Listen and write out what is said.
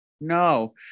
No